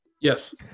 Yes